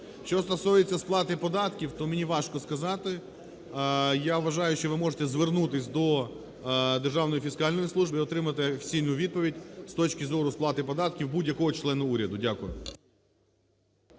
Що стосується сплати податків, то мені важко сказати. Я вважаю, що ви можете звернутись до Державної фіскальної служби і отримати офіційну відповідь з точки зору сплати податків будь-якого члена уряду. Дякую.